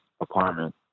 apartment